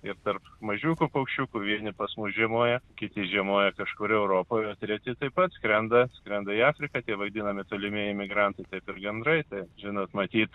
ir tarp mažiukų paukščiukų vieni pas mus žiemoja kiti žiemoja kažkur europoj o treti taip pat skrenda skrenda į afriką tie vadinami tolimieji migrantai taip ir gandrai tai žinot matyt